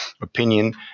opinion